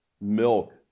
milk